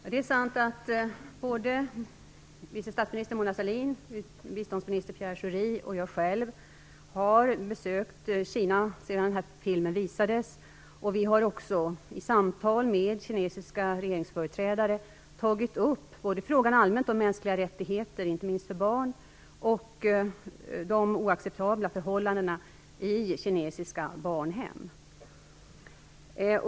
Fru talman! Det är sant att såväl vice statsminister Mona Sahlin och biståndsminister Pierre Schori som jag själv har besökt Kina sedan den här filmen visades. Vi har också i samtal med kinesiska regeringsföreträdare tagit upp både frågan om mänskliga rättigheter i allmänhet, inte minst för barn, och de oacceptabla förhållandena i kinesiska barnhem.